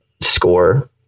score